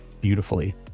beautifully